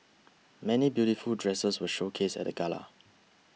many beautiful dresses were showcased at the gala